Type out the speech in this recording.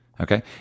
okay